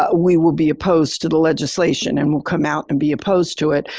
ah we will be opposed to the legislation and we'll come out and be opposed to it.